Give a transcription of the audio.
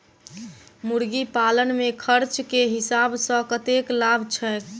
मुर्गी पालन मे खर्च केँ हिसाब सऽ कतेक लाभ छैय?